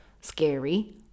Scary